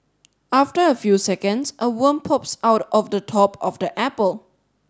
after a few seconds a worm pops out of the top of the apple